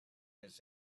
his